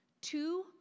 Two